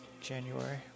January